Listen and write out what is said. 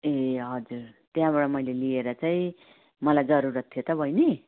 ए हजुर त्यहाँबाट मैले लिएर चाहिँ मलाई जरुरत थियो त बैनी